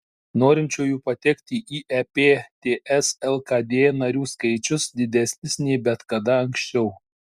norinčiųjų patekti į ep ts lkd narių skaičius didesnis nei bet kada anksčiau